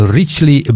richly